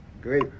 Great